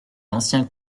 l’ancien